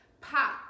pop